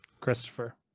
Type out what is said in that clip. Christopher